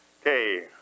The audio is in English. Okay